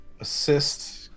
assist